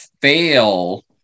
fail